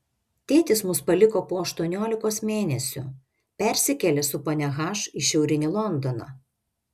tėtis mus paliko po aštuoniolikos mėnesių persikėlė su ponia h į šiaurinį londoną